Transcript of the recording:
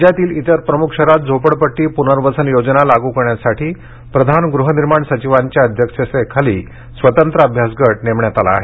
राज्यातील इतर प्रमुख शहरातील झोपडपट्रयांना झोपडपट्री पुनर्वसन योजना लागू करण्यासाठी प्रधान गृहनिर्माण सचिवांच्या अध्यक्षतेखाली स्वतंत्र अभ्यास गट नेमण्यात आला आहे